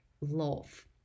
love